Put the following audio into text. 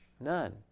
None